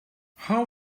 how